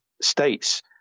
states